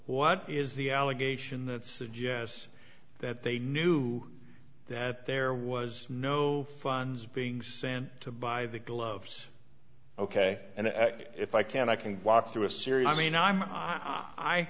what is the allegation that suggests that they knew that there was no funds being sent to buy the gloves ok and if i can i can walk through a series i mean i'm